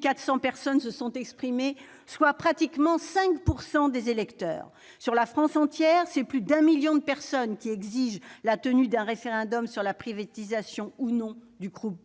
400 personnes se sont exprimées, soit pratiquement 5 % des électeurs. Sur la France entière, ce sont plus d'un million de personnes qui exigent la tenue d'un référendum sur la privatisation, ou non, du groupe